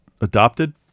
adopted